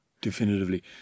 definitively